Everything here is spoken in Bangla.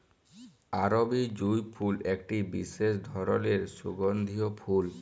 আরবি জুঁই ফুল একটি বিসেস ধরলের সুগন্ধিও ফুল